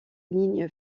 ligne